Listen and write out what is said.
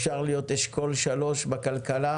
אפשר להיות אשכול 3 בכלכלה,